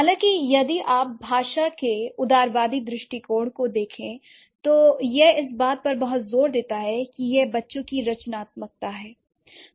हालांकि यदि आप भाषा के उदारवादी दृष्टिकोण को देखें तो यह इस बात पर बहुत जोर देता है की यह बच्चों की रचनात्मकता है